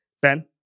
Ben